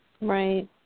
Right